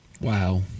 Wow